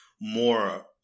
more